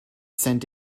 set